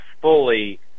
fully